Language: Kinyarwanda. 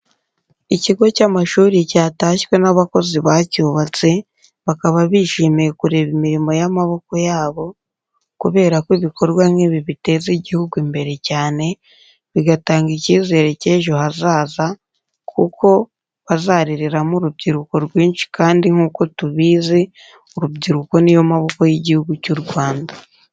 Ikigo cy'amashuri cyatashywe n'abakozi bacyubatse, bakaba bishimiye kureba imirimo y'amaboko yabo kubera ko ibikorwa nk'ibi biteza igihugu imbere cyane, bigatanga icyizere cy'ejo hazaza kuko bazarereramo urubyiruko rwinshi kandi nk'uko tubizi urubyiruko ni yo maboko y'Igihugu cy'u Rwanda.